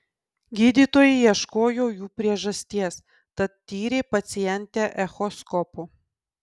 gydytojai ieškojo jų priežasties tad tyrė pacientę echoskopu